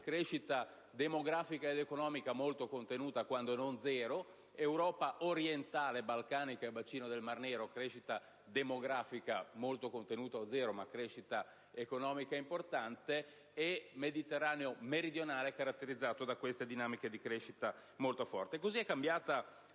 (crescita demografica ed economica molto contenuta, quando non zero), Europa orientale, balcanica e bacino del Mar Nero (crescita demografica molto contenuta o zero, ma crescita economica importante) e Mediterraneo meridionale, caratterizzato da queste dinamiche di crescita molto forte.